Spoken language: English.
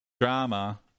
drama